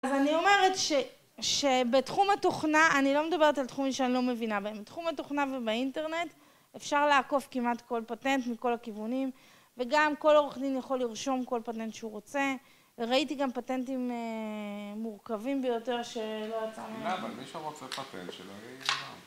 אז אני אומרת ש... שבתחום התוכנה, אני לא מדברת על תחומים שאני לא מבינה בהם, בתחום התוכנה ובאינטרנט אפשר לעקוף כמעט כל פטנט מכל הכיוונים, וגם כל עורך דין יכול לרשום כל פטנט שהוא רוצה. ראיתי גם פטנטים מורכבים ביותר שלא עצרנו. -למה, מי שרוצה פטנט שלא יהיה...